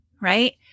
right